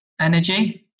energy